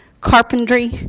carpentry